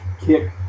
kick